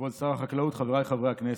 כבוד שר החקלאות, חבריי חברי הכנסת,